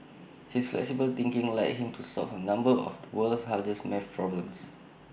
his flexible thinking led him to solve A number of the world's hardest math problems